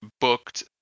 booked